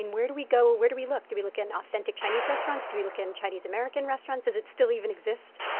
where do we go? where do we look? do we look in authentic chinese restaurants? do we look in chinese-american restaurants? does it still even exist?